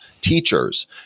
teachers